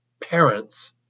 parents